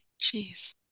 Jeez